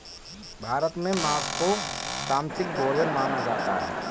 भारत में माँस को तामसिक भोजन माना जाता है